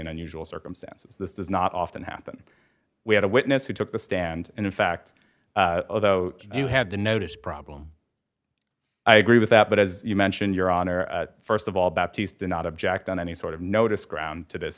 and unusual circumstances this does not often happen we had a witness who took the stand and in fact although you had the notice problem i agree with that but as you mentioned your honor st of all baptist did not object on any sort of notice ground to this